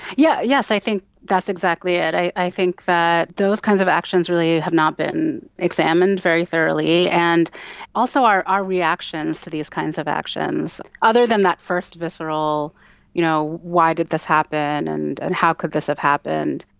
yeah yes, i think that's exactly it. i think that those kinds of actions really have not been examined very thoroughly and also our our reactions to these kinds of actions. other than that first visceral you know why did this happen and and how could this have happened,